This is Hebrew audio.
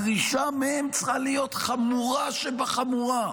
הדרישה מהם צריכה להיות חמורה שבחמורה,